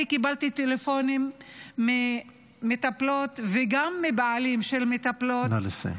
אני קיבלתי טלפונים ממטפלות וגם מבעלים של מטפלות -- נא לסיים.